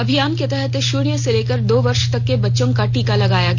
अभियान के तहत शून्य से लेकर दो वर्ष तक के बच्चों का टीका लगाया गया